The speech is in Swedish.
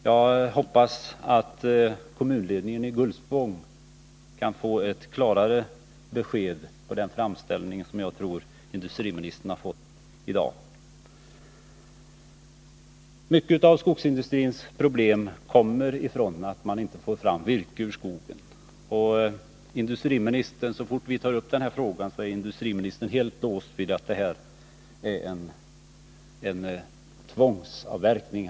Jag hoppas att kommunledningen i Gullspång kan få ett klarare besked på den framställning som jag tror industriministern har fått i dag. Mycket av skogsindustrins problem kommer av att man inte fått fram virke ur skogen. Och så fort vi tar upp den här frågan är industriministern helt låst vid tanken på att det är tvångsavverkning.